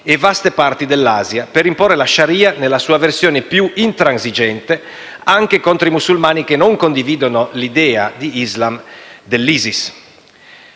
e vaste parti dell'Asia, per imporre la *shari'a*, nella sua versione più intransigente, anche contro i musulmani che non condividono l'idea di Islam dell'ISIS.